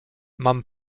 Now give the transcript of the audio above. mam